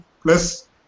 plus